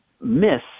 miss